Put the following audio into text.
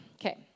okay